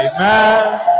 Amen